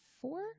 four